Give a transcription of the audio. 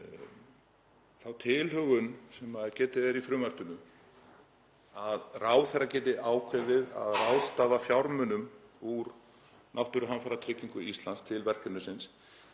Sú tilhögun, sem getið er í frumvarpinu, að ráðherra geti ákveðið að ráðstafa fjármunum úr Náttúruhamfaratryggingu Íslands til verkefnisins